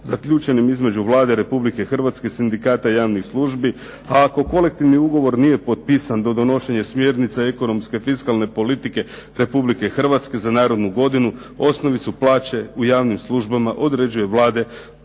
zaključenim između Vlade Republike Hrvatske i Sindikata javnih službi, a ako kolektivni ugovor nije potpisan do donošenja smjernica Ekonomske fiskalne politike Republike Hrvatske za narednu godinu osnovicu plaće u javnim službama određuje Vlada